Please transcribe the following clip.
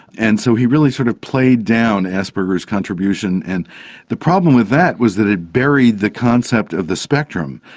and so he really sort of plays down asperger's contribution. and the problem with that was that it buried the concept of the spectrum.